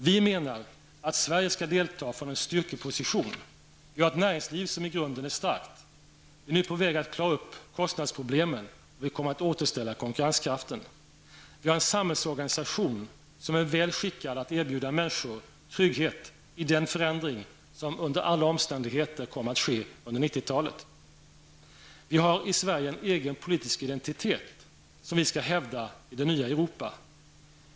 Vi menar att Sverige skall delta från en styrkeposition. Vi har ett näringsliv som i grunden är starkt. Vi är nu på väg att klara av kostnadsproblemen, och vi kommer att återställa konkurrenskraften. Vi har en samhällsorganisation som är väl skickad att erbjuda människor trygghet i den förändring som under alla omständigheter kommer att ske under 90-talet. Vi har i Sverige en egen politisk identitet, som vi skall hävda i det nya Europa.